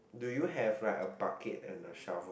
do you have like a bucket and a shovel